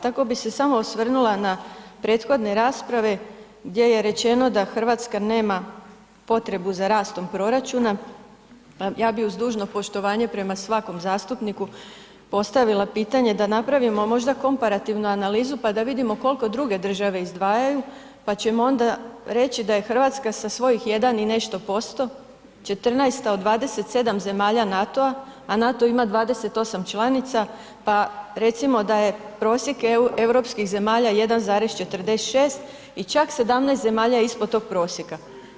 Tako bi se samo osvrnula na prethodne rasprave gdje je rečeno da RH nema potrebu za rastom proračuna, pa ja bi uz dužno poštovanje prema svakom zastupniku postavila pitanje da napravimo možda komparativnu analizu, pa da vidimo kolko druge države izdvajaju, pa ćemo onda reći da je RH sa svojih 1 i nešto posto, 14.-ta od 27 zemalja NATO-a, a NATO ima 28 članica, pa recimo da je prosjek europskih zemalja 1,46 i čak 17 zemalja ispod tog prosjeka.